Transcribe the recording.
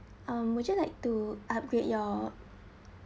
um would you like to upgrade your